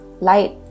light